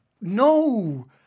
No